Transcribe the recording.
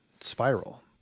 spiral